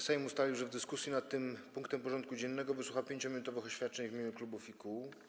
Sejm ustalił, że w dyskusji nad tym punktem porządku dziennego wysłucha 5-minutowych oświadczeń w imieniu klubów i koła.